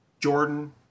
Jordan